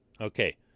Okay